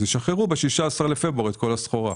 הם ישחררו ב-16 בפברואר את כל הסחורה.